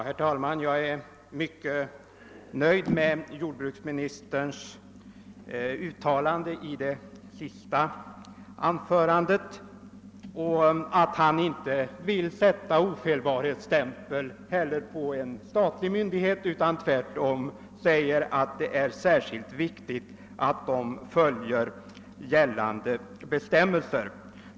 Herr talman! Jag är mycket nöjd med jordbruksministerns uttalande i hans senaste anförande, av vilket det framgick att han inte vill sätta ofelbarhetsstämpel på en statlig myndighet utan att han tvärtom anser det vara särskilt viktigt att en sådan följer gällande bestämmelser.